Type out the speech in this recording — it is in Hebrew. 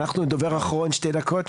אנחנו עם הדובר האחרון, שתי דקות.